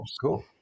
Cool